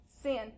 sin